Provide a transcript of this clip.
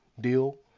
deal